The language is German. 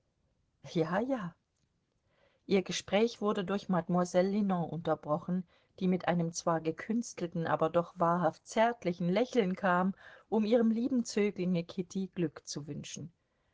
ja ja ihr gespräch wurde durch mademoiselle linon unterbrochen die mit einem zwar gekünstelten aber doch wahrhaft zärtlichen lächeln kam um ihrem lieben zöglinge kitty glück zu wünschen